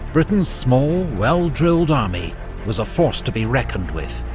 britain's small, well-drilled army was a force to be reckoned with,